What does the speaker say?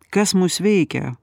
kas mus veikia